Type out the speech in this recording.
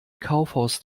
kaufhaus